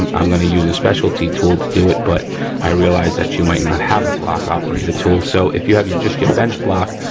um i'm gonna use a specialty tool to to it but i realize that you might not have a glock operator tool so if you have just your bench block,